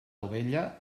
ovella